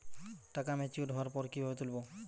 টাকা ম্যাচিওর্ড হওয়ার পর কিভাবে তুলব?